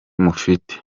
mufite